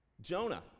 Jonah